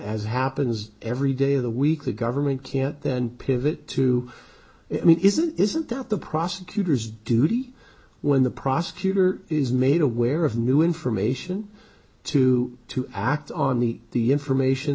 as happens every day of the week the government can't then pivot to i mean isn't isn't that the prosecutor's duty when the prosecutor is made aware of new information too to act on the the information